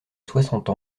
soixante